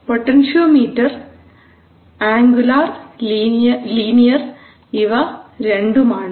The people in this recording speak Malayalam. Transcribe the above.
പൊട്ടൻഷ്യോമീറ്റർ ആൻഗുലാർ ലീനിയർ ഇവ രണ്ടും ആണ്